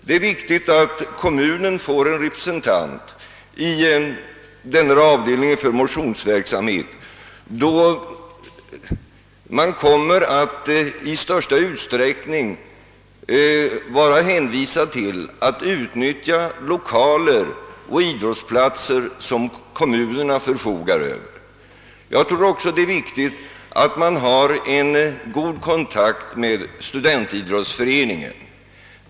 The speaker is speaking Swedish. Det är viktigt att kommunen får en representant i avdelningen för motionsverksamhet, då man i stor utsträckning kommer att vara hänvisad till att utnyttja lokaler och idrottsplatser som kommunerna förfogar över. Jag tror också att det är viktigt att man har en god kontakt med studentidrottsföreningen.